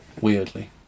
weirdly